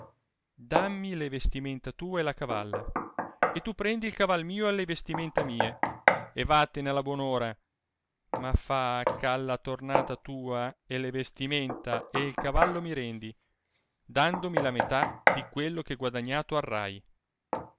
dammi le vestimenta tue e la cavalla e tu prendi il cavai mio e le vestimenta mie e vattene alla buon'ora ma fa ch'alia tornata tua e le vestimenta e il cavallo mi rendi dandomi la metà di quello che guadagnato arrai